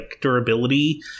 durability